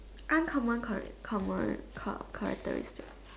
uncommon character common char~ characteristic